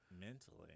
Mentally